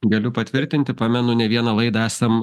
galiu patvirtinti pamenu ne vieną laidą esam